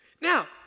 Now